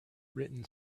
written